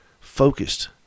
focused